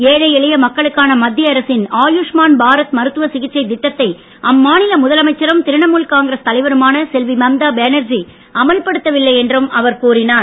ஏழை எளிய மக்களுக்கான மத்திய அரசின் ஆயுஷ்மான் பாரத் மருத்துவ சிகிச்சைத் திட்டத்தை அம்மாநில முதலமைச்சரும் திரிணாமுல் காங்கிரஸ் தலைவருமான செல்வி மம்தா பேனர்ஜி அமல்படுத்தவில்லை என்றும் அவர் கூறினார்